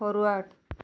forward